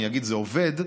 אני אגיד: זה עובד,